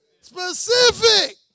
specific